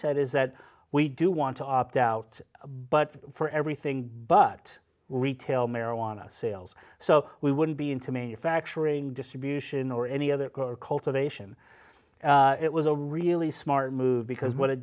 said is that we do want to opt out but for everything but retail marijuana sales so we wouldn't be intimated factual ring distribution or any other cultivation it was a really smart move because what i